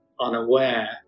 unaware